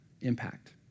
impact